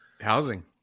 Housing